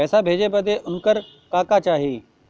पैसा भेजे बदे उनकर का का चाही?